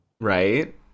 right